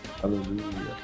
Hallelujah